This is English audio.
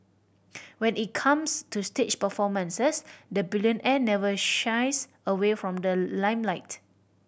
when it comes to stage performances the billionaire never shies away from the limelight